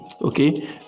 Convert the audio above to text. okay